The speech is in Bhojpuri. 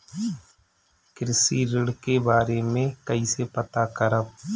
कृषि ऋण के बारे मे कइसे पता करब?